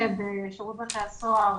בשירות בתי הסוהר